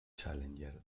challenger